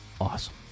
Awesome